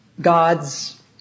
God's